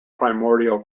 primordial